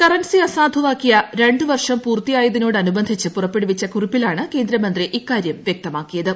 currency അസാധുവാക്കി രണ്ടു വർഷം പൂർത്തിയായതിനോടനുബന്ധിച്ച് പുറപ്പെടുവിച്ച കുറിപ്പിലാണ് കേന്ദ്ര മന്ത്രി ഇക്കാര്യം വൃക്തമാക്കിയത്